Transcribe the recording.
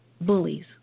bullies